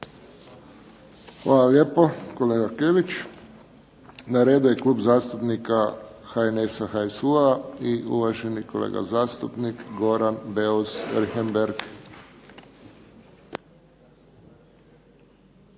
Hvala lijepo kolega Kelić. Na redu je Klub zastupnika HNS-a, HSU-a i uvaženi kolega zastupnik Goran Beus Richembergh.